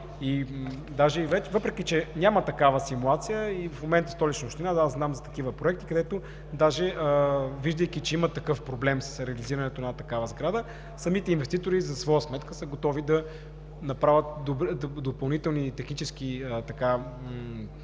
Въпреки че няма такава симулация в момента в Столична община – аз знам такива проекти, където виждайки, че има такъв проблем с реализирането на една такава сграда, самите инвеститори за своя сметка са готови да направят допълнителни технически